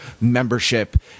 membership